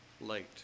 late